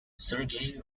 sergei